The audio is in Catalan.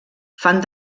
fan